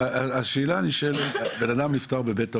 השאלה היא כזו: אדם נפטר בבית אבות,